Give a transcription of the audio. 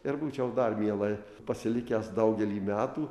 ir būčiau dar mielai pasilikęs daugelį metų